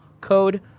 code